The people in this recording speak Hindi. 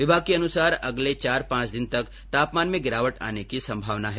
विभाग के अनुसार अगले चार पांच दिन तक तापमान में गिरावट आने की संभावना है